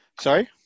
Sorry